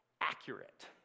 accurate